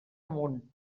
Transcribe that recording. munt